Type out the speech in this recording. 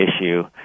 issue